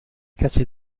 کسی